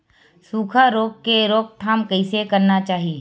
सुखा रोग के रोकथाम कइसे करना चाही?